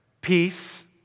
peace